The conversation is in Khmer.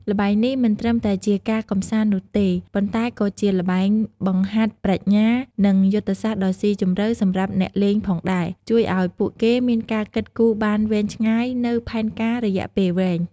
ល្បែងនេះមិនត្រឹមតែជាការកម្សាន្តនោះទេ ប៉ុន្តែក៏ជាល្បែងបង្ហាត់ប្រាជ្ញា និងយុទ្ធសាស្ត្រដ៏ស៊ីជម្រៅសម្រាប់អ្នកលេងផងដែរ ជួយឱ្យពួកគេមានការគិតគូរបានវែងឆ្ងាយនូវផែនការរយៈពេលវែង។